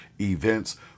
events